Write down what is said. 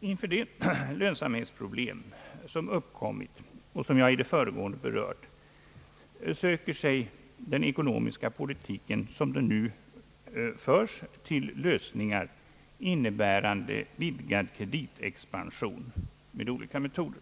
Inför de lönsamhetsproblem som uppkommit och som jag i det föregående berört söker sig den ekonomiska politiken, som den nu förs, till lösningar innebärande vidgad kreditexpansion med olika metoder.